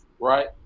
right